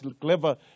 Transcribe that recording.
clever